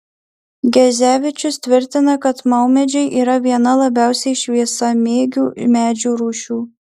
gezevičius tvirtina kad maumedžiai yra viena labiausiai šviesamėgių medžių rūšių